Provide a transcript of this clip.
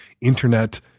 internet